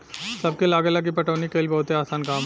सबके लागेला की पटवनी कइल बहुते आसान काम ह